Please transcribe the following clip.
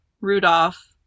Rudolph